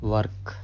Work